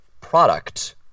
product